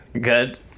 good